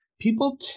people